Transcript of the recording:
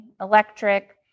electric